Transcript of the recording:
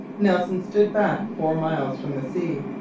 nelson stood back four miles from the sea,